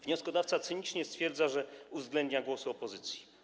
Wnioskodawca cynicznie stwierdza, że uwzględnia głosy opozycji.